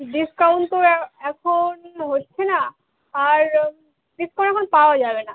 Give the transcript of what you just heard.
discount তো এখন হচ্ছে না আর ডিসকাউন্ট এখন পাওয়া যাবে না